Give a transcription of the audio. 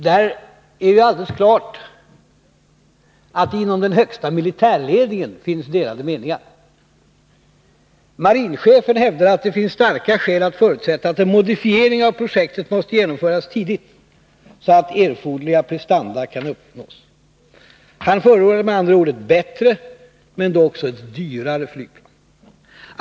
Där är det alldeles klart att det inom den högsta militärledningen finns delade meningar. Marinchefen hävdar att det finns starka skäl att förutsätta att en modifiering av projektet måste genomföras tidigt, så att erforderliga prestanda kan uppnås. Han förordade med andra ord ett bättre men då också ett dyrare flygplan.